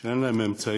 שאין להן אמצעים,